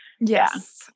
Yes